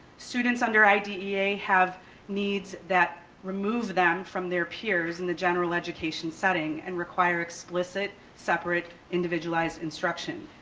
students under idea have needs that remove them from their peers in the general education setting and require explicit, separate individualized instruction.